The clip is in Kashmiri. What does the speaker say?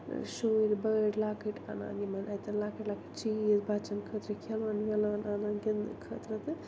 شُرۍ بٔڑۍ لۄکٕٹۍ اَنان یِمَن اَتٮ۪ن لۄکٕٹۍ لۄکٕٹۍ چیٖز بَچَن خٲطرٕ کھِلون وِلون اَنان گِنٛدنہٕ خٲطرٕ تہٕ